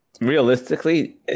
realistically